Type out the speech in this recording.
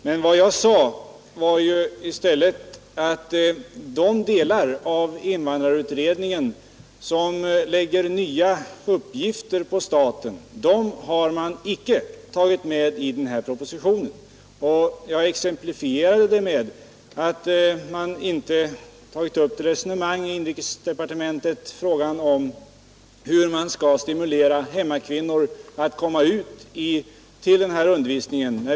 Men vad jag sade var att de delar av invandrarutredningen som lägger nya uppgifter på staten har man icke tagit med i denna proposition. Jag exemplifierade det med att man inte tagit upp frågan om hur man skall stimulera hemmakvinnor att komma till den här undervisningen.